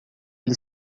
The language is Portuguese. ele